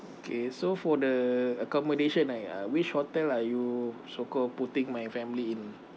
okay so for the accommodation right uh which hotel are you so called putting my family in